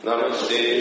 Namaste